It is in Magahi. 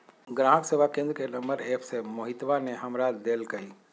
ग्राहक सेवा केंद्र के नंबर एप्प से मोहितवा ने हमरा देल कई